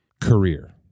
career